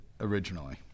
originally